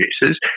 producers